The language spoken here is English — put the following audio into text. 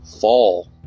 fall